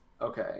okay